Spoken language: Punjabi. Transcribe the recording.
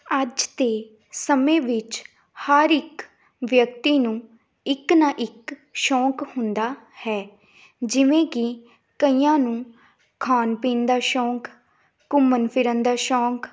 ਅੱਜ ਦੇ ਸਮੇਂ ਵਿੱਚ ਹਰ ਇੱਕ ਵਿਅਕਤੀ ਨੂੰ ਇੱਕ ਨਾ ਇੱਕ ਸ਼ੌਂਕ ਹੁੰਦਾ ਹੈ ਜਿਵੇਂ ਕਿ ਕਈਆਂ ਨੂੰ ਖਾਣ ਪੀਣ ਦਾ ਸ਼ੌਂਕ ਘੁੰਮਣ ਫਿਰਨ ਦਾ ਸ਼ੌਂਕ